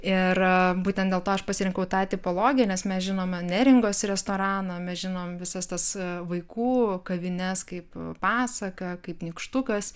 ir būtent dėl to aš pasirinkau tą tipologiją nes mes žinome neringos restoraną mes žinom visas tas vaikų kavines kaip pasaka kaip nykštukas